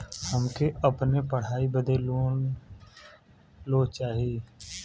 हमके अपने पढ़ाई बदे लोन लो चाही?